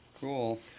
Cool